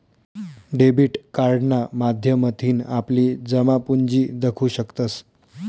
debit कार्डना माध्यमथीन आपली जमापुंजी दखु शकतंस